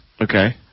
Okay